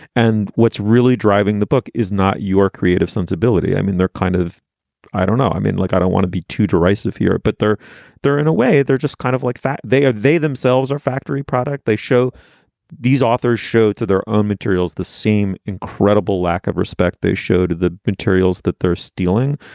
and what's really driving the book is not your creative sensibility. i mean, they're kind of i don't know. i mean, like i don't want to be too derisive here, but they're there in a way. they're just kind of like fat. they are they themselves are factory product. they show these authors show to their own um materials the same incredible lack of respect. they showed the materials that they're stealing.